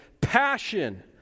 passion